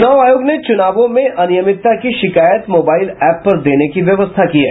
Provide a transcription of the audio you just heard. चुनाव आयोग ने चुनावों में अनियमितता की शिकायत मोबाइल एप पर देने की व्यवस्था की है